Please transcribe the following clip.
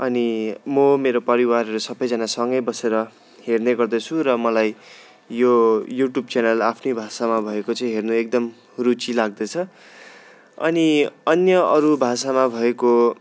अनि म मेरो परिवारहरू सबैजना सँगै बसेर हेर्ने गर्दछु र मलाई यो युट्युब च्यानल आफ्नै भाषामा भएकोचे चाहिँ हेर्नु एकदम रुचि लाग्दछ अनि अन्य अरू भाषामा भएको